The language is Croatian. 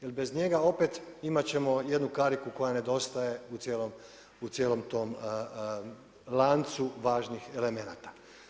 Jer, bez njega opet imati ćemo jednu kariku koja nedostaje u cijelom tom lancu važnih elemenata.